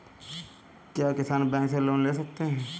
क्या किसान बैंक से लोन ले सकते हैं?